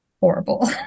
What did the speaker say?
horrible